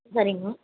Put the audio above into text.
சரிங்க